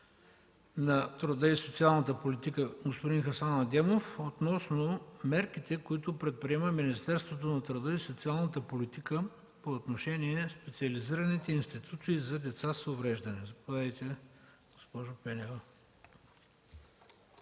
на труда и социалната политика господин Хасан Адемов относно мерките, които предприема Министерството на труда и социалната политика по отношение на специализираните институции за деца с увреждания. Заповядайте, госпожо Пенева.